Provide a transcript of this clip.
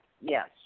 Yes